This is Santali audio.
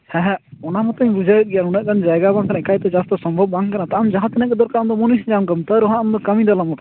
ᱦᱮᱸ ᱦᱮᱸ ᱚᱱᱟ ᱢᱟᱛᱚᱧ ᱵᱩᱡᱷᱟᱹᱣᱮᱫ ᱜᱮ ᱩᱱᱟᱹᱜ ᱜᱟᱱ ᱡᱟᱭᱜᱟ ᱵᱟᱝᱠᱟᱱ ᱮᱠᱟᱭᱛᱮ ᱪᱟᱥ ᱫᱚ ᱥᱚᱢᱵᱷᱚᱵ ᱵᱟᱝ ᱠᱟᱱᱟ ᱛᱚ ᱟᱢ ᱡᱟᱦᱟᱸᱛᱤᱱᱟᱹᱜ ᱜᱮ ᱫᱚᱨᱠᱟᱨ ᱢᱩᱱᱤᱥ ᱧᱟᱢ ᱠᱚᱢ ᱛᱟᱹᱣ ᱨᱮᱦᱚᱸ ᱟᱢᱫᱚ ᱠᱟᱹᱢᱤ ᱫᱚ ᱟᱞᱚᱢ ᱚᱴᱠᱟᱣᱚᱜᱼᱟ